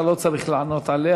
אתה לא צריך לענות עליה.